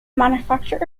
manufacture